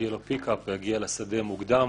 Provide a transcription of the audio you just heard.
יהיה לו pickup והוא יגיע לשדה מוקדם